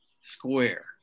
square